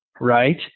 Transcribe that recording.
right